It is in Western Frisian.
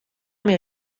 myn